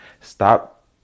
Stop